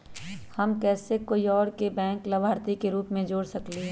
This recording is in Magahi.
हम कैसे कोई और के बैंक लाभार्थी के रूप में जोर सकली ह?